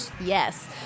Yes